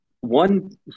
one